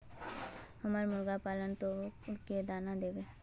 हम मुर्गा पालव तो उ के दाना देव?